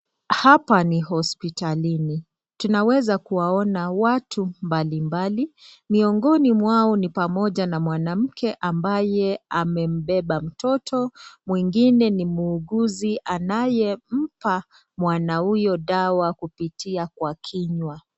Hapa ni hospitalini tunaweza kuwaona watu mbalimbali. Miongoni mwao ni pamoja na mwanamke ambaye amembeba mtoto mwingine ni muuguzi anayempa mwana huyo dawa kupitia kwa kinywa.